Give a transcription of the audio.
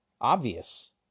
obvious